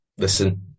Listen